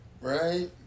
Right